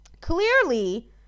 Clearly